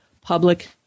public